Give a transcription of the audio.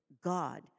God